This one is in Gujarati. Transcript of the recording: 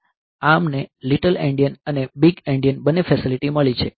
ARM ને લિટલ એન્ડિયન અને મોટા એન્ડિયન બંને ફેસિલિટી મળી છે